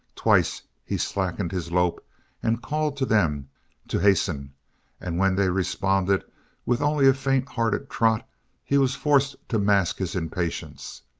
twice he slackened his lope and called to them to hasten and when they responded with only a faint-hearted trot he was forced to mask his impatience.